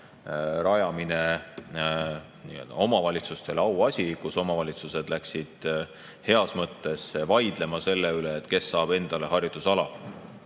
rajamine omavalitsustele auasi. Omavalitsused läksid heas mõttes vaidlema selle üle, kes saab endale harjutusala,